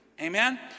Amen